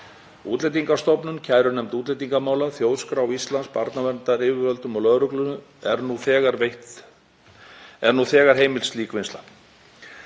Útlendingastofnun, kærunefnd útlendingamála, Þjóðskrá Íslands, barnaverndaryfirvöldum og lögreglu er nú þegar heimil slík vinnsla.